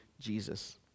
Jesus